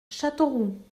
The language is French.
châteauroux